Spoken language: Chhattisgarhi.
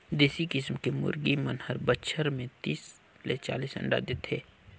देसी किसम के मुरगी मन हर बच्छर में तीस ले चालीस अंडा देथे